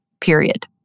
period